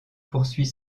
poursuit